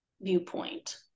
viewpoint